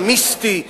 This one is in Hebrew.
המיסטי.